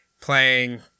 playing